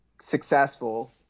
successful